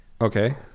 okay